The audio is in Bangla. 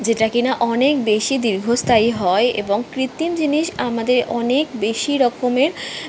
যেটা কিনা অনেক বেশি দীর্ঘস্থায়ী হয় এবং কৃত্তিম জিনিস আমাদের অনেক বেশি রকমের